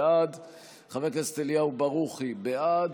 בעד,